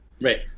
Right